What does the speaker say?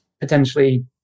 potentially